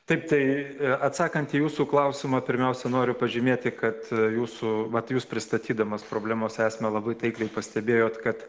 taip tai atsakant į jūsų klausimą pirmiausia noriu pažymėti kad jūsų vat jūs pristatydamas problemos esmę labai taikliai pastebėjot kad